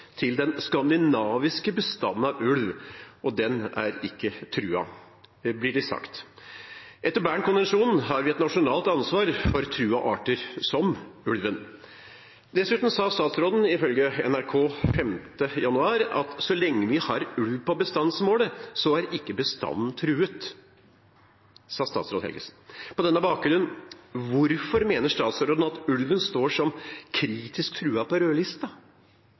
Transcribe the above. til den skandinaviske bestanden av ulv, og den er ikke truet, blir det sagt. Etter Bernkonvensjonen har vi et nasjonalt ansvar for truede arter, som ulven. Dessuten sa statsråden, ifølge NRK den 5. januar: «Så lenge vi har ulv på bestandsmålet så er ikke bestanden truet.» På denne bakgrunn: Hvorfor mener statsråden at ulven står som kritisk truet på